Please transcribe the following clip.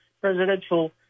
presidential